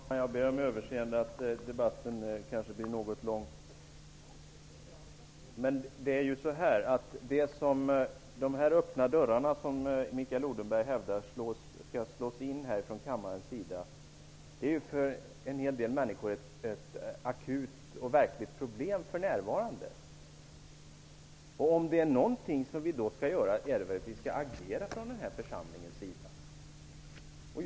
Herr talman! Jag ber om överseende med att debatten blir något lång. De öppna dörrar som Mikael Odenberg hävdar att kammaren skall slå in är för en hel del människor ett akut och verkligt problem för närvarande. Om det då är något som den här församlingen skall göra, är det väl att agera.